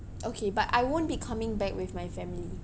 okay but I won't be coming back with my family